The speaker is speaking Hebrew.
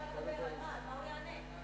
על מה הוא יענה?